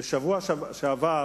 בשבוע שעבר